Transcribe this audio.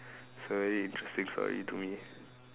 sorry interesting story to me